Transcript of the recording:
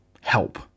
help